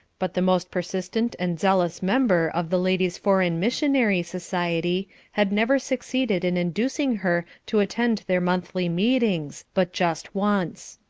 but the most persistent and zealous member of the ladies' foreign missionary society had never succeeded in inducing her to attend their monthly meetings, but just once.